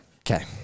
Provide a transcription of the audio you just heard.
Okay